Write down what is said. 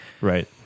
Right